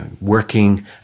working